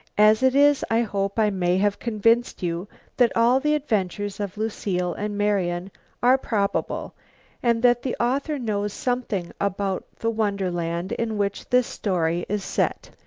as it is i hope i may have convinced you that all the adventures of lucile and marian are probable and that the author knows something about the wonderland in which the story is set.